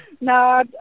No